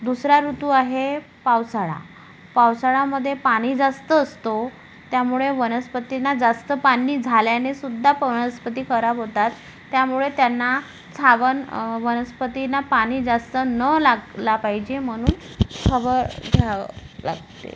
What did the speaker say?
दुसरा ऋतू आहे पावसाळा पावसाळामध्ये पाणी जास्त असतो त्यामुळे वनस्पतींना जास्त पाणी झाल्याने सुद्धा पणस्पती खराब होतात त्यामुळे त्यांना छावन वनस्पतींना पाणी जास्त न लागला पाहिजे म्हणून खबळ घ्यावं लागते